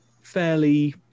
fairly